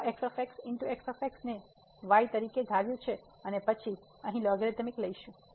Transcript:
આ ને y તરીકે ધાર્યું છે અને પછી અહીં લોગરીધમિક લઈશું